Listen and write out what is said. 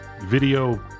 Video